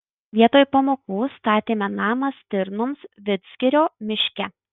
vietoj pamokų statėme namą stirnoms vidzgirio miške